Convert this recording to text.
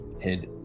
head